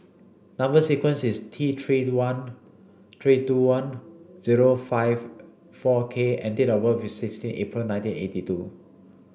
number sequence is T three one three two one zero five four K and date of birth is sixteen April nineteen eighty two